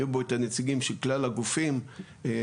יהיה בו את הנציגים של כלל גופי המענה,